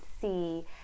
see